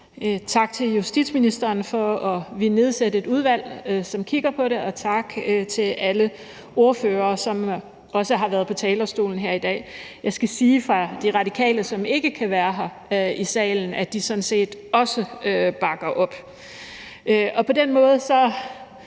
Tak til justitsministeren for at ville nedsætte et udvalg, som kigger på det, og tak til alle ordførere, som også har været på talerstolen her i dag. Jeg skal sige fra De Radikale, som ikke kan være her i salen, at de sådan set også bakker op. Og på den måde så